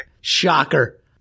Shocker